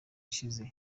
ishize